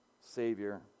Savior